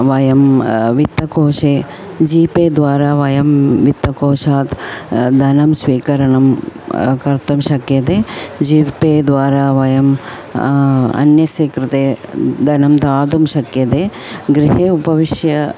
वयं वित्तकोशे जीपे द्वारा वयं वित्तकोशात् धनं स्वीकरणं कर्तुं शक्यते जीपे द्वारा वयम् अन्यस्य कृते धनं दातुं शक्यते गृहे उपविश्य